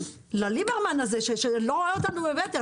לליברמן הזה שלא רואה אותנו ממטר.